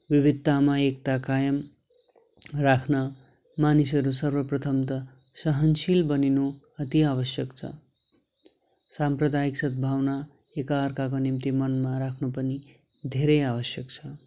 विविधतामा एकता कायम राख्न मानिसहरू सर्वप्रथम त सहनशील बनिनु अति आवश्यक छ साम्प्रदायिक सदभावना एक अर्काको निम्ति मनमा राख्नु पनि धेरै आवश्यक छ